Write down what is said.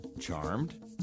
Charmed